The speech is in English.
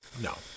No